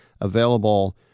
available